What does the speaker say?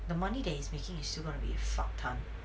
the money that he's making you still gonna be fuck up